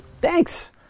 Thanks